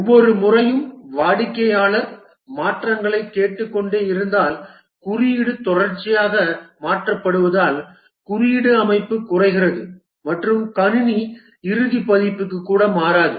ஒவ்வொரு முறையும் வாடிக்கையாளர் மாற்றங்களைக் கேட்டுக்கொண்டே இருந்தால் குறியீடு தொடர்ச்சியாக மாற்றப்படுவதால் குறியீடு அமைப்பு குறைகிறது மற்றும் கணினி இறுதி பதிப்பிற்கு கூட மாறாது